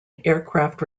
aircraft